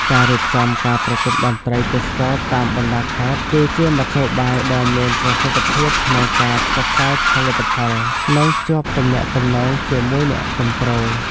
ការរៀបចំការប្រគំតន្ត្រីទេសចរណ៍តាមបណ្តាខេត្ត គឺជាមធ្យោបាយដ៏មានប្រសិទ្ធភាពក្នុងការផ្សព្វផ្សាយផលិតផល និងភ្ជាប់ទំនាក់ទំនងជាមួយអ្នកគាំទ្រ។